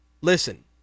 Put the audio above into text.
Listen